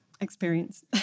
experience